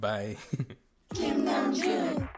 Bye